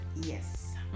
Yes